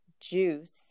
juice